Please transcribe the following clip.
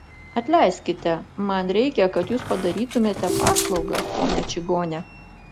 atleiskite man reikia kad jūs padarytumėte paslaugą ponia čigone